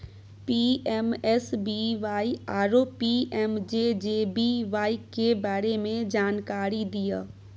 PMSBY आरो PMJJBY के बारे मे जानकारी दिय?